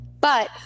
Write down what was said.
But-